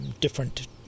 different